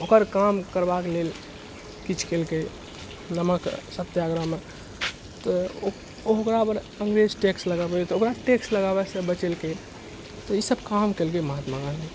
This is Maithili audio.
ओकर काम करबाक लेल किछु केलकै नमक सत्याग्रहमे तऽ ओकरापर अंग्रेज टैक्स लगाबै तऽ ओकरा टैक्स लगाबैसँँ बचेलकै तऽ ई सब काम केलकै महात्मा गांधी